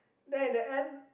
then in the end